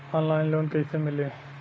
Online loan कइसे मिली?